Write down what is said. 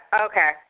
okay